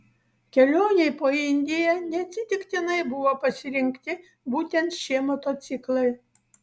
kelionei po indiją neatsitiktinai buvo pasirinkti būtent šie motociklai